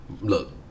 Look